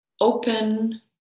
open